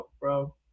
bro